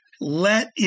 Let